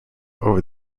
over